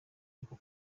urwo